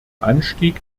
anstieg